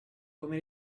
come